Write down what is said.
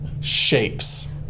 shapes